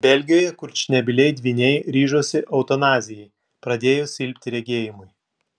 belgijoje kurčnebyliai dvyniai ryžosi eutanazijai pradėjus silpti regėjimui